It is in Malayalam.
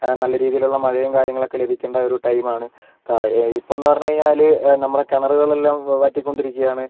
നല്ല രീതിയിൽ ഉള്ള മഴയും കാര്യങ്ങളും ഒക്കെ ലഭിക്കേണ്ട ഒരു ടൈമാണ് ഇപ്പോൾ എന്ന് പറഞ്ഞു കഴിഞ്ഞാല് നമ്മളുടെ കിണറുകൾ എല്ലാം വറ്റിക്കൊണ്ടിരിക്കുവാണ്